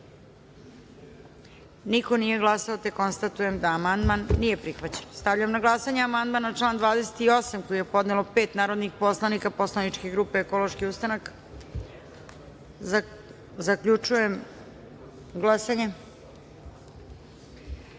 niko nije glasao. Konstatujem da amandman nije prihvaćen. Stavljam na glasanje amandman na član 6. koji je podnelo pet narodnih poslanika posleničke grupe Ekološki ustanak. Zaključujem glasanje: